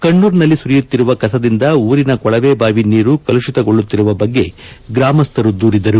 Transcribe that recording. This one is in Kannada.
ಕಣ್ಣೂರ್ನಲ್ಲಿ ಸುರಿಯುತ್ತಿರುವ ಕಸದಿಂದ ಊರಿನ ಕೊಳವೆಬಾವಿ ನೀರು ಕಲುಷಿತಗೊಳ್ಳುತ್ತಿರುವ ಬಗ್ಗೆ ಗ್ರಾಮಸ್ಗರು ದೂರಿದರು